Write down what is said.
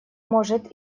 может